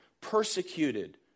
persecuted